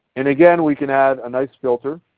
and again, we can add a nice filter.